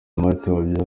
marthe